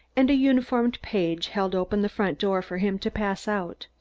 and a uniformed page held open the front door for him to pass out.